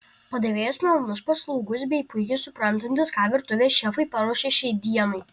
padavėjas malonus paslaugus bei puikiai suprantantis ką virtuvės šefai paruošė šiai dienai